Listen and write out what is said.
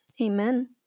amen